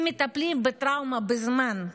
אם מטפלים בטראומה בזמן,